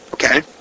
Okay